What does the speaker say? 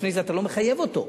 לפני זה אתה לא מחייב אותו,